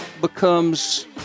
becomes